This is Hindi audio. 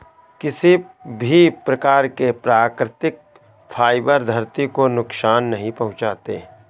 किसी भी प्रकार के प्राकृतिक फ़ाइबर धरती को नुकसान नहीं पहुंचाते